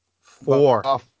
four